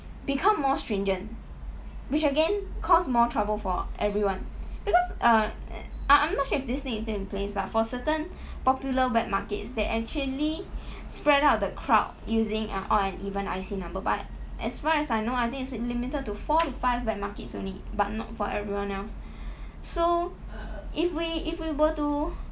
become more stringent which again cause more trouble for everyone because err I I'm not sure if this thing is still in place but for certain popular wet markets they actually spread out the crowd using an odd and even I_C number but as far as I know I think it's limited to four to five wet markets only but not for everyone else so if we if we were to